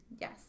Yes